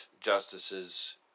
justices